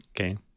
Okay